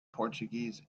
portuguese